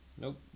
nope